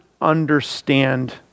understand